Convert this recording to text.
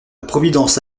providence